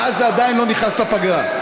ואז זה עדיין לא נכנס לפגרה.